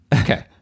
Okay